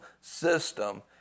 system